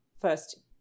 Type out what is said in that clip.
first